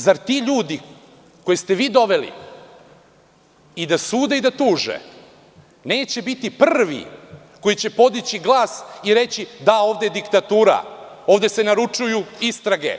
Zar ti ljudi koje ste vi doveli i da sude i da tuže neće biti prvi koji će podići glas i reći – da, ovde je diktatura, ovde se naručuju istrage?